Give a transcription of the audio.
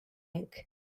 ink